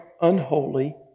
unholy